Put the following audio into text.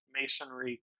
masonry